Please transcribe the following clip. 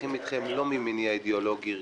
הולכים איתכם לא ממניע אידיאולוגי ערכי,